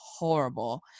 horrible